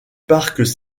parcs